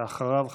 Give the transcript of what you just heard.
ואחריו,